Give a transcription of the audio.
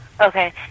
Okay